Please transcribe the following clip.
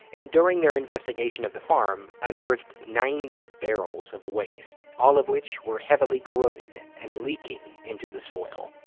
and during their investigation of the farm, unearthed ninety barrels of waste, all of which were heavily corroded and leaking into the soil.